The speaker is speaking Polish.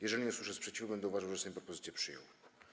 Jeżeli nie usłyszę sprzeciwu, będę uważał, że Sejm propozycje przyjął.